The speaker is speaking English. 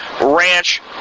ranch